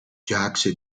jacques